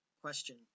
question